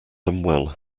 unwell